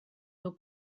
nhw